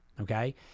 okay